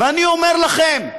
ואני אומר לכם,